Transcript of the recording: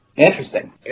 interesting